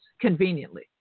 conveniently